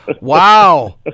Wow